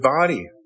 body